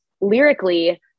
lyrically